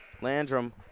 Landrum